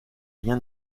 rien